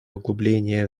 углубления